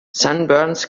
sunburns